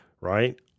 right